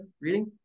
reading